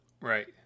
right